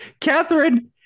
Catherine